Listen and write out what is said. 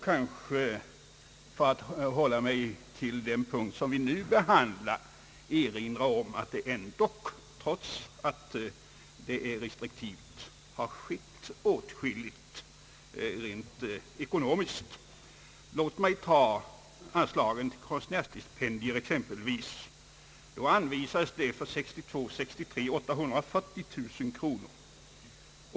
För att hålla mig till den punkt vi nu behandlar vill jag dock erinra om att trots att man har varit restriktiv så har det skett åtskilligt rent ekonomiskt. Anslagen till konstnärsstipendier var t.ex. 840 000 kronor budgetåret 1962/ 63.